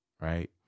right